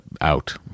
out